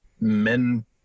men